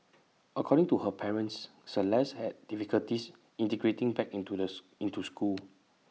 according to her parents celeste had difficulties integrating back into this into school